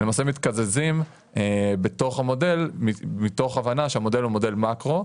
הם למעשה מתקזזים בתוך המודל מתוך הבנה שהמודל הוא מודל מקרו,